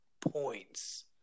points